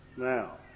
Now